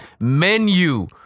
menu